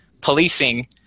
Policing